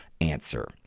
answer